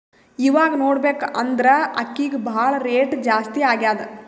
ಇವಾಗ್ ನೋಡ್ಬೇಕ್ ಅಂದ್ರ ಅಕ್ಕಿಗ್ ಭಾಳ್ ರೇಟ್ ಜಾಸ್ತಿ ಆಗ್ಯಾದ